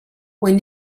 when